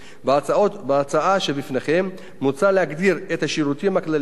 בהצעה שבפניכם מוצע להגדיר את השירותים הכלליים באופן